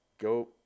go